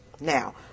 Now